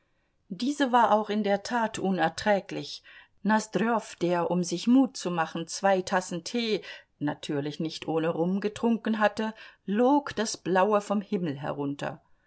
diese war auch in der tat unerträglich nosdrjow der um sich mut zu machen zwei tassen tee natürlich nicht ohne rum getrunken hatte log das blaue vom himmel herunter